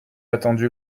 attendu